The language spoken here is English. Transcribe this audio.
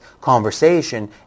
conversation